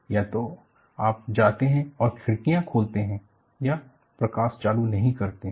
या तो आप जाते हैं और खिड़कियां खोलते हैं या प्रकाश चालू नहीं करते हैं